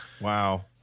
wow